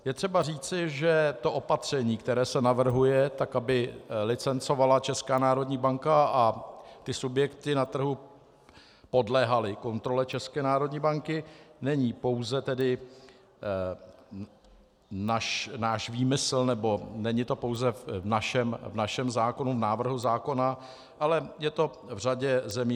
Je třeba říci, že opatření, které se navrhuje tak, aby licencovala Česká národní banka a subjekty na trhu podléhaly kontrole České národní banky, není pouze tedy náš výmysl nebo není to pouze v našem zákonu, v návrhu zákona, ale je to v řadě zemí.